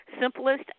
simplest